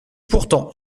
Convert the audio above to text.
pourtant